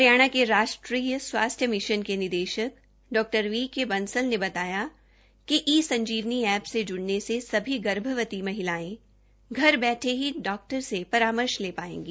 हरियाणा के राष्ट्रीय स्वास्थ्य मिशन के निदेशक डॉ वीके बांसल ने बताया कि ई संजीवनी ऐप से जुड़ने से सभी गर्भवती महिलाएं इस ऐप के माध्यम से घर बैठे ही डॉक्टर से परामर्श ले पाएँगी